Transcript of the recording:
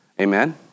Amen